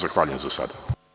Zahvaljujem se za sada.